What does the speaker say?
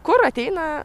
kur ateina